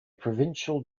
provincial